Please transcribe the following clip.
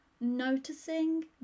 noticing